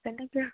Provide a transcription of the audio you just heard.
তেনেকৈয়ে